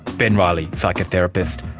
ben riley, psychotherapist